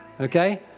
okay